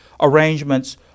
arrangements